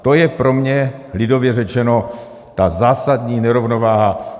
To je pro mě lidově řečeno ta zásadní nerovnováha.